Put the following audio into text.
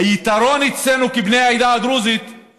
היתרון אצלנו כבני העדה הדרוזית הוא